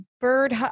Bird